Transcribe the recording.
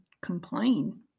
complain